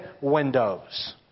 windows